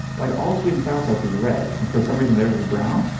like all sweet and sour sauce is red. and for some reason theirs is brown.